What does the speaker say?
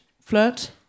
Flirt